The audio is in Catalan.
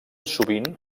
sovint